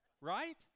Right